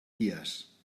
dies